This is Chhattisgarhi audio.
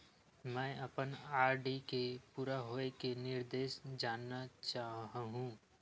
मैं अपन आर.डी के पूरा होये के निर्देश जानना चाहहु